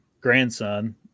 grandson